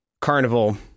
Carnival